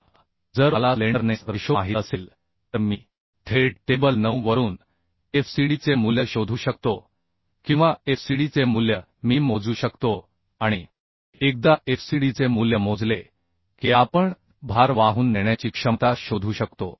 आता जर मला स्लेंडरनेस रेशो माहित असेल तर मी थेट टेबल 9 वरून Fcd चे मूल्य शोधू शकतो किंवा Fcd चे मूल्य मी मोजू शकतो आणि एकदा FCDचे मूल्य मोजले की आपण भार वाहून नेण्याची क्षमता शोधू शकतो